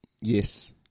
Yes